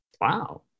Wow